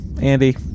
Andy